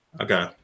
Okay